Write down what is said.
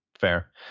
fair